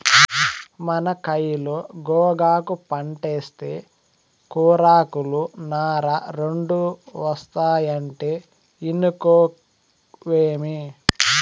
మన కయిలో గోగాకు పంటేస్తే కూరాకులు, నార రెండూ ఒస్తాయంటే ఇనుకోవేమి